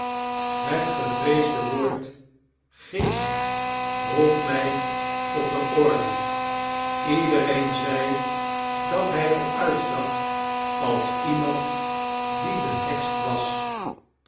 het gevxeesde woord geest roept mij tot de arde ledeireein zed dat hij er uitzag als iemand die behekst was